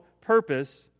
purpose